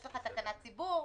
יש לך תקנת ציבור,